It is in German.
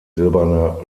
silberner